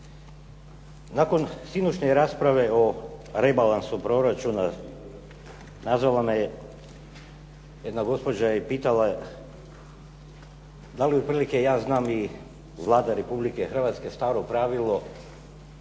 Nakon sinoćnje rasprave o rebalansu proračuna nazvala me je jedna gospođa i pitala da li otprilike ja znam i Vlada Republike Hrvatske staro pravilo